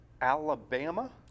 Alabama